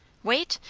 wait?